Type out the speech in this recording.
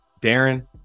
Darren